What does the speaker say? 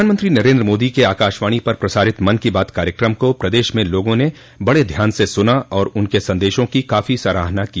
प्रधानमंत्री नरेन्द्र मोदी के आकाशवाणी पर प्रसारित मन की बात कार्यकम को प्रदेश में लोगों ने बड़े ध्यान से सुना और उनके सन्देशों की काफी सराहना की